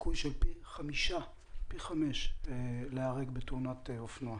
סיכוי של פי חמישה להיהרג בתאונת אופנוע.